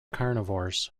carnivores